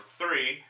three